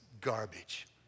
garbage